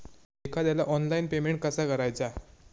एखाद्याला online payment कसा करायचा?